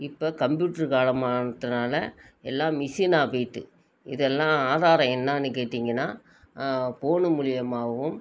இப்போ கம்ப்யூட்ரு காலமாக ஆனதுனால் எல்லாம் மிஷினாக போயிட்டு இது எல்லாம் ஆதாரம் என்னான்னு கேட்டீங்கன்னா ஃபோனு மூலிமாவும்